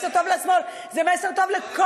זה מסר טוב לשמאל,